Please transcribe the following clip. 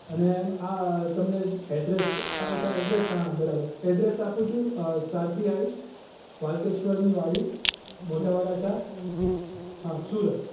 અને આ તમને એડ્રેસ અચ્છા એડ્રેસ હા બરાબર એડ્રેસ આપું છું સારથી હાઇટ્સ વાલકેશ્વરની વાડી મોટા વરાછા હા સુરત